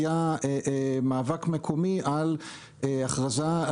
היה מאבק מקומי על שמירה,